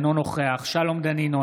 אינו נוכח שלום דנינו,